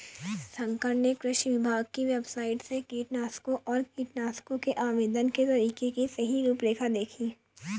शंकर ने कृषि विभाग की वेबसाइट से कीटनाशकों और कीटनाशकों के आवेदन के तरीके की सही रूपरेखा देखी